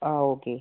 ആ ഓക്കെ